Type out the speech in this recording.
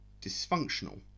dysfunctional